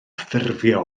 ffurfio